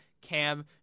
Cam